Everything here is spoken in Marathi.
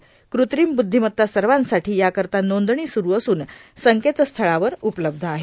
कृत्रिम बुद्धीमत्ता सर्वांसाठी याकरता नोंदणी सुरू असून या संकेतस्थळावर ती उपलब्ध आहे